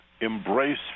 embrace